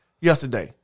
Yesterday